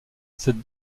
cette